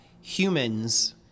humans